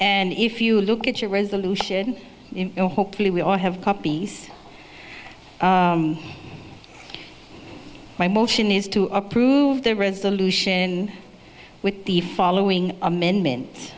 and if you look at your resolution hopefully we all have copies my motion is to approve the resolution with the following amendment